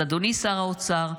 אז אדוני שר האוצר,